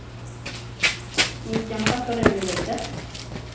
ᱤᱧ ᱪᱟᱢᱯᱟ ᱥᱚᱨᱮᱱ ᱤᱧ ᱞᱟᱹᱭᱮᱫᱟ